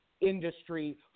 industry